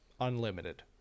unlimited